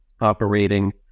operating